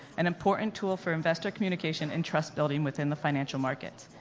an important tool for investor communication and trust-building within the financial markets.